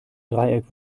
dreieck